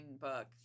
book